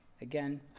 Again